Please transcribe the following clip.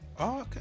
Okay